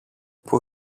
που